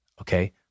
okay